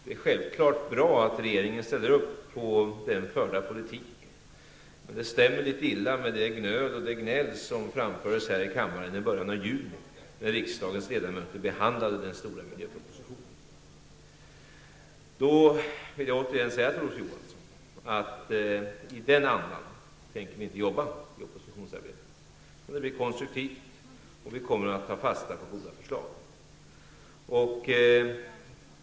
Det är självfallet bra att regeringen ställer upp på den förda politiken, men det stämmer litet illa med det gnöl och det gnäll som framfördes här i kammaren i början av juni när riksdagens ledamöter behandlade den stora miljöpropositionen. Jag vill återigen säga till Olof Johansson att vi inte tänker jobba i den andan med oppositionsarbetet. Det kommer i stället att bli konstruktivt, och vi kommer att ta fasta på goda förslag.